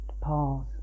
pause